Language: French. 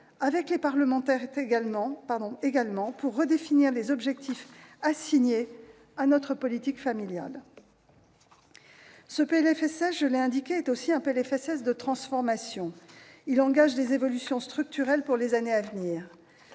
avec les parlementaires également, pour redéfinir les objectifs assignés à notre politique familiale. Ce PLFSS, je l'ai indiqué, est aussi un PLFSS de transformation : il engage des évolutions structurelles pour les années à venir.